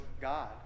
God